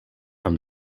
from